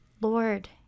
Lord